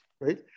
right